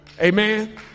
Amen